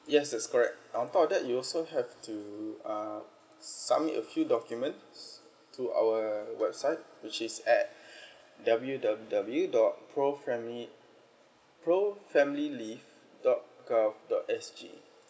yes that's correct on top of that you also have to uh submit a few documents to our website which is at w w w dot pro family pro family leave dot gov dot S_G